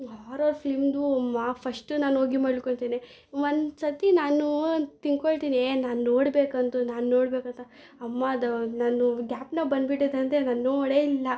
horror ಫಿಲಮ್ದು ಮ first ನಾನೋಗಿ ಮಲ್ಕೊಂತೇನೆ ಒಂದ್ಸತಿ ನಾನು ತಿಂಕೊಳ್ತೀನಿ ನಾನು ನೋಡಬೇಕಂತ ನಾನು ನೋಡಬೇಕು ಅಂತ ಅಮ್ಮಾ ಅದು ನಾನು ಜ್ಞಾಪ್ನ ಬನ್ಬಿಟ್ಟಿದೆ ಅಂತ ನಾನು ನೋಡೇ ಇಲ್ಲ